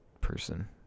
person